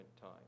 time